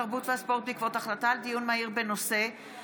התרבות והספורט בעקבות דיון מהיר בהצעתם